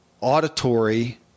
auditory